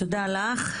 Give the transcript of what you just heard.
תודה לך.